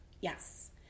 Yes